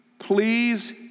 Please